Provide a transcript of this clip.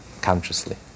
consciously